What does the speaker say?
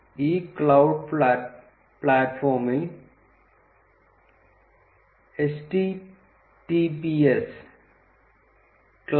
ഈ ക്ലൌഡ് പ്ലാറ്റ്ഫോമിൽ https cloud